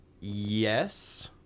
Yes